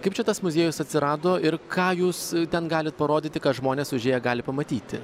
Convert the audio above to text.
kaip čia tas muziejus atsirado ir ką jūs ten galit parodyti ką žmonės užėję gali pamatyti